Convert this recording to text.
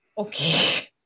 okay